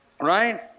right